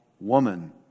woman